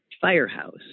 firehouse